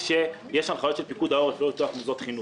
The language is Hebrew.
שיש הנחיות של פיקוד העורף לא לפתוח מוסדות חינוך.